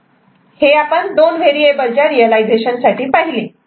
हे आपण 2 व्हेरिएबलच्या रियलायझेशन साठी पाहिले